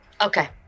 Okay